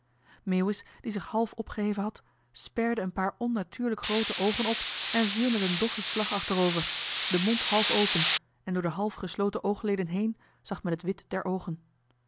meeuwis die zich half opgeheven had sperde een paar onnatuurlijk groote oogen op en viel met een doffen slag achterover den mond half open en door de half gesloten oogleden heen zag men het wit der oogen